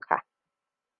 ka